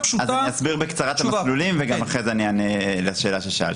אז אני אסביר בקצרה את המסלולים ואני אענה אחר כך גם על השאלה ששאלת.